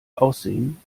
aussehen